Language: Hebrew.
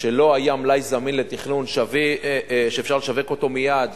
שלא היה מלאי זמין לתכנון שאפשר לשווק מייד,